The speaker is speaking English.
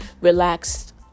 relaxed